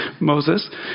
Moses